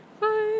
Bye